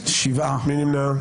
מי נמנע?